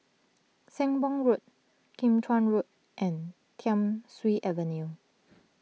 Sembong Road Kim Chuan Road and Thiam Siew Avenue